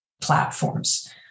platforms